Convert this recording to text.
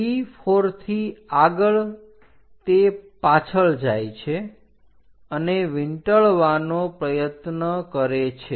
P4 થી આગળ તે પાછળ જાય છે અને વીંટળવાનો પ્રયત્ન કરે છે